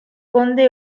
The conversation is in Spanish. conde